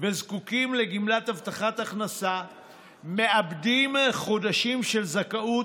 וזקוקים לגמלת הבטחת הכנסה מאבדים חודשים של זכאות